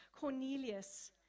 Cornelius